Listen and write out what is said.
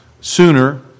sooner